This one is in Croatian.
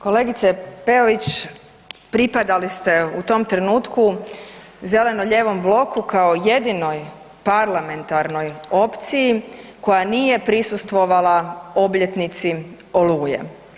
Kolegice Peović, pripadali ste u tom trenutku zeleno-lijevom bloku kao jedinoj parlamentarnoj opciji koja nije prisustvovala obljetnici Oluje.